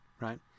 right